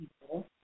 people